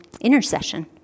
intercession